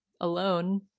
alone